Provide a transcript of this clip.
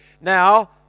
Now